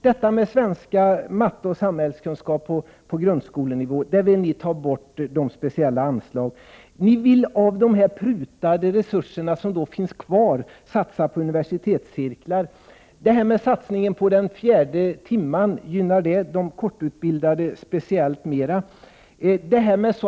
Moderaterna vill ta bort de speciella anslagen för svenska, matematik och samhällskunskap på grundskolenivå. Ni vill satsa de prutade resurser som finns kvar på universitetscirklar. Gynnar satsningen på den fjärde timmen de kortutbildade speciellt väl?